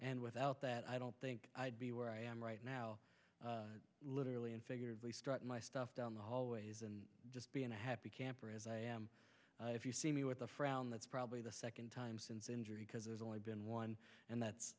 and without that i don't think i'd be where i am right now literally and figuratively my stuff down the hallway and just being a happy camper as i am if you see me with a frown that's probably the second time since injury because there's only been one and that's